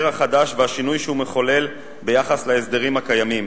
החדש והשינוי שהוא מחולל ביחס להסדרים הקיימים.